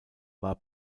war